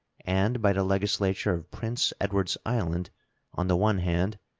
and by the legislature of prince edwards island on the one hand,